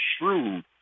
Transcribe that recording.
shrewd